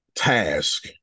Task